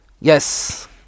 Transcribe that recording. Yes